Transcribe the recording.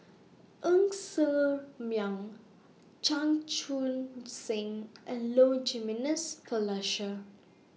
Ng Ser Miang Chan Chun Sing and Low Jimenez Felicia